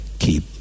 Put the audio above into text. Keep